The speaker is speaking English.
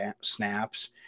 snaps